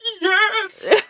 yes